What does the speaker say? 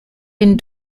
den